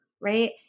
right